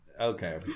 okay